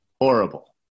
horrible